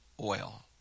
oil